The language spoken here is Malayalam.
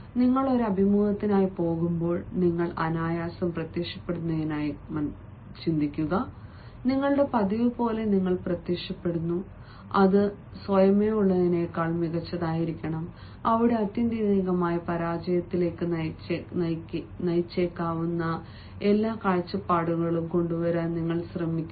നിങ്ങൾ ഒരു അഭിമുഖത്തിനായി പോകുമ്പോൾ നിങ്ങൾ അനായാസം പ്രത്യക്ഷപ്പെടുന്നതായി കാണുക നിങ്ങളുടെ പതിവ് പോലെ നിങ്ങൾ പ്രത്യക്ഷപ്പെടുന്നു അത് സ്വയമേവയുള്ളതിനേക്കാൾ മികച്ചതാണ് അവിടെ ആത്യന്തികമായി പരാജയത്തിലേക്ക് നയിച്ചേക്കാവുന്ന എല്ലാ കാഴ്ചപ്പാടുകളും കൊണ്ടുവരാൻ നിങ്ങൾ ശ്രമിക്കുന്നു